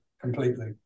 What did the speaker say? completely